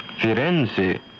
Firenze